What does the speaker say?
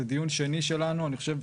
זה דיון שני שלנו אני חושב,